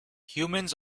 humans